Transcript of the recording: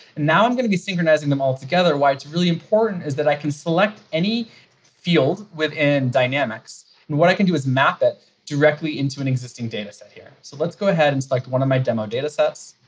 now i'm going to be synchronizing them altogether. why it's really important is that i can select any field within dynamics and what i can do is map it directly into an existing dataset here. so let's go ahead and select one of my demo datasets.